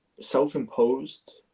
self-imposed